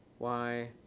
why?